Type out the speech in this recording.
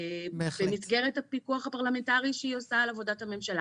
במסגרת הפיקוח הפרלמנטרי שהיא עושה על עבודות הממשלה.